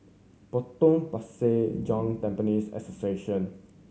Potong Pasir Joint Temples Association